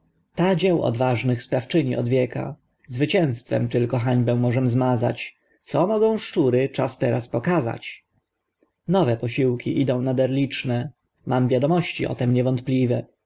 ta dzieł odważnych sprawczyni od wieka zwycięztwem tylko hańbę możem zmazać co mogą szczury czas teraz pokazać nowe posiłki idą nader liczne mam wiadomości o tem niewątpliwe